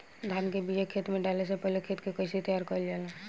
धान के बिया खेत में डाले से पहले खेत के कइसे तैयार कइल जाला?